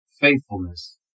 Faithfulness